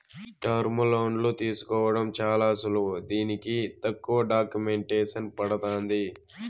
టర్ములోన్లు తీసుకోవడం చాలా సులువు దీనికి తక్కువ డాక్యుమెంటేసన్ పడతాంది